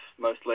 mostly